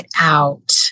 out